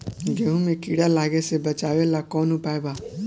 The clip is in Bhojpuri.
गेहूँ मे कीड़ा लागे से बचावेला कौन उपाय बा?